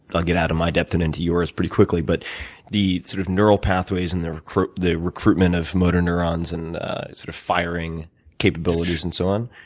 i'll get out of my depth and into yours pretty quickly, but the sort of neural pathways, and the recruitment the recruitment of motor neurons, and sort of firing capabilities and so on,